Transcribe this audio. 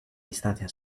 distancia